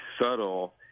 subtle